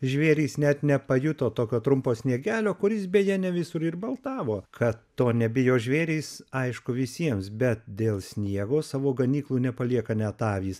žvėrys net nepajuto tokio trumpo sniegelio kuris beje ne visur ir baltavo kad to nebijo žvėrys aišku visiems bet dėl sniego savo ganyklų nepalieka net avys